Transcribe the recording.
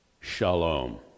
shalom